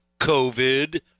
COVID